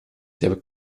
der